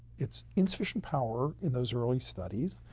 it's insufficient power in those early studies.